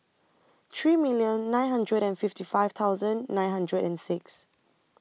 three million nine hundred and Fifth five thousand nine hundred and six